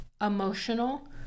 emotional